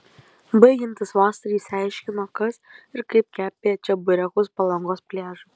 baigiantis vasarai išsiaiškino kas ir kaip kepė čeburekus palangos pliažui